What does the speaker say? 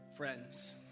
Friends